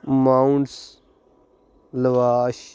ਮਾਊਟਸ lavash